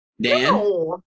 dan